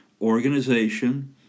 organization